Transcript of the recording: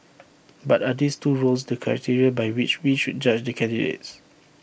but are these two roles to criteria by which we should judge the candidates